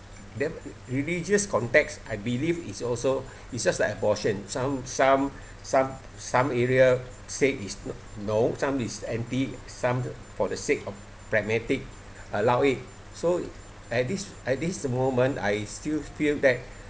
then religious context I believe is also it's just like abortion some some some some area said is no some is empty some for the sake of pragmatic allow it so at this at this moment I still feel that